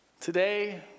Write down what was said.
Today